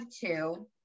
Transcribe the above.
two